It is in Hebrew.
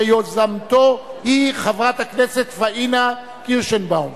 שיוזמתה היא חברת הכנסת פניה קירשנבאום.